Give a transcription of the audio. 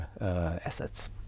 assets